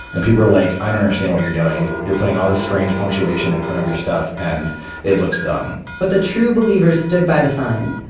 and people were like, i don't understand what you're doing. you're putting all this strange punctuation in front of your stuff, and it looks dumb. but the true believers stood by the sign.